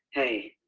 hey,